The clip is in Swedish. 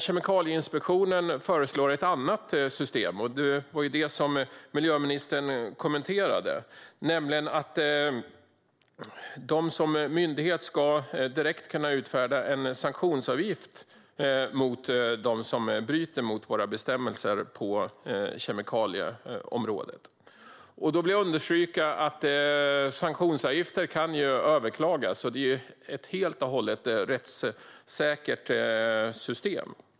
Kemikalieinspektionen föreslår ett annat system, som miljöministern också kommenterade, nämligen att man som myndighet direkt ska kunna utfärda en sanktionsavgift för dem som bryter mot våra bestämmelser på kemikalieområdet. Då vill jag understryka att sanktionsavgifter kan överklagas. Det är ett helt och hållet rättssäkert system.